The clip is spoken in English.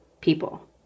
people